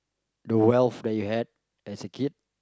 the wealth that you had as a kid